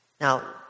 Now